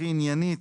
הכי עניינית.